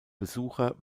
besucher